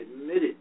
admitted